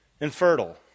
infertile